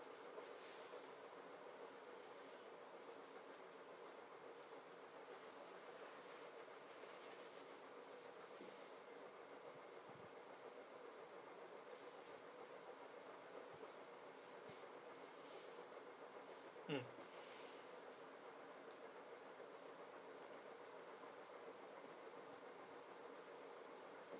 mm